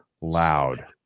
loud